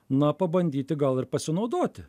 na pabandyti gal ir pasinaudoti